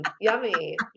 yummy